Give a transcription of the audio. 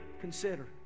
consider